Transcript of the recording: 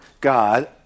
God